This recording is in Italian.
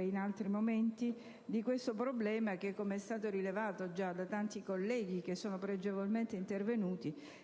in altri momenti di questo problema che - come è stato rilevato da tanti colleghi che sono pregevolmente intervenuti